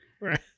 Right